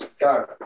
Go